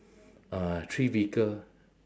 uh three vehicle